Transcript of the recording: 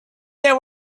they